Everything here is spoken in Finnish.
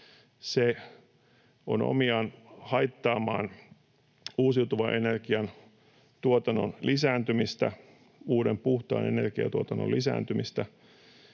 Se on omiaan haittaamaan uusiutuvan energian tuotannon lisääntymistä, uuden puhtaan energian tuotannon lisääntymistä.